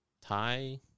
Thai